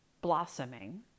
blossoming